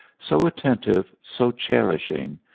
so attentive, so cherishing,